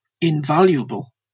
invaluable